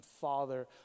father